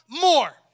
more